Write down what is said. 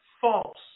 false